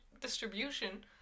distribution